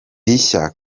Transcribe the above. rishya